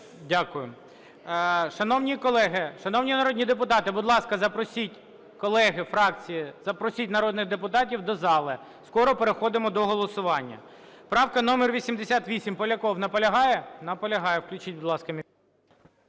Дякую. Шановні колеги, шановні народні депутати, будь ласка, запросіть, колеги, фракції, запросіть народних депутатів до залу, скоро переходимо до голосування. Правка номер 88. Поляков наполягає? Наполягає. Включіть, будь ласка, мікрофон.